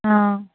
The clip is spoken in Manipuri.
ꯑꯥ